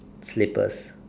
slippers